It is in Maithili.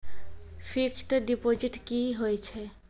फिक्स्ड डिपोजिट की होय छै?